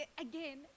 again